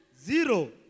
zero